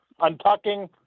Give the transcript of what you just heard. untucking